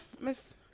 Miss